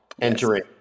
entering